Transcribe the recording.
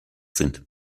sind